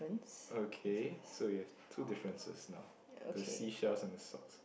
okay so you have two differences now the seashells and the socks